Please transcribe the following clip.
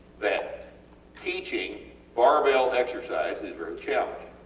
that teaching barbell exercise is very challenging